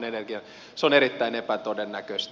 se on erittäin epätodennäköistä